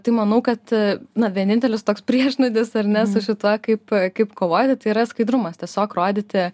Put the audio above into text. tai manau kad vienintelis toks priešnuodis ar ne su šituo kaip kaip kovoti tai yra skaidrumas tiesiog rodyti